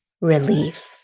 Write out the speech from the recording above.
relief